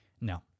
no